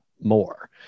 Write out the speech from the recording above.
more